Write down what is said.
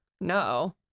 No